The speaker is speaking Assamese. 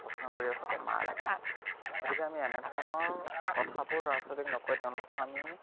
প্ৰশ্ন কৰি আছ তোক মাৰ লাগে নেকি গতিকে আমি এনেধৰণৰ কথাবোৰ ল'ৰা ছোৱালীক নকৈ তেওঁলোকক আমি